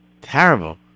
terrible